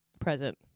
present